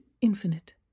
infinite